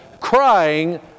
crying